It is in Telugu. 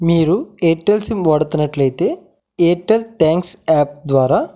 మీరు ఎయిర్టెల్ సిమ్ వాడుతున్నట్లు అయితే ఎయిర్టెల్ థ్యాంక్స్ యాప్ ద్వారా